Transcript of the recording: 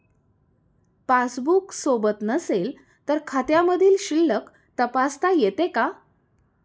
Passbook सोबत नसेल तर खात्यामधील शिल्लक तपासता येते का?